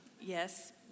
Yes